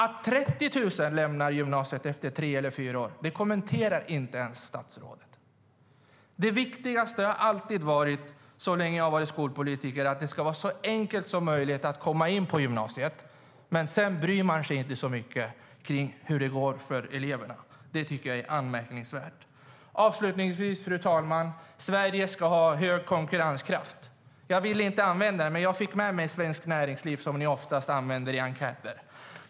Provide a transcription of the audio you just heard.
Att 30 000 lämnar gymnasiet efter tre eller fyra år kommenterar statsrådet inte ens. Det viktigaste så länge jag har varit skolpolitiker har alltid varit att det ska vara så enkelt som möjligt att komma in på gymnasiet. Man bryr sig inte så mycket om hur det går för eleverna sedan. Det tycker jag är anmärkningsvärt. Fru talman! Sverige ska ha hög konkurrenskraft. Jag ville inte använda den, men jag fick med mig en av Svenskt Näringslivs enkäter, som ni oftast använder.